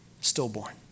stillborn